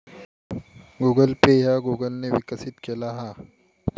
Google Pay ह्या Google ने विकसित केला हा